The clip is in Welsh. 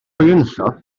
enillodd